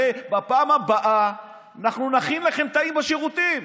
הרי בפעם הבאה אנחנו נכין לכם תאים בשירותים.